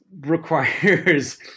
requires